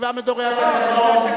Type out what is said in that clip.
שבעה מדורי התקנון,